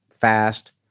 fast